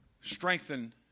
strengthen